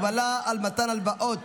2) (הגבלה על מתן הלוואות